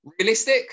Realistic